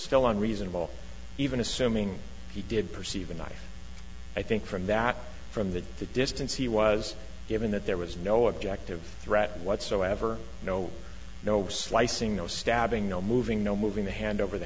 still on reasonable even assuming he did perceive a knife i think from that from that the distance he was given that there was no objective threat whatsoever no no slicing no stabbing no moving no moving the hand over the